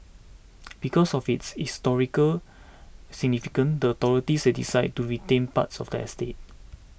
because of its historical significance the authorities decided to retain parts of the estate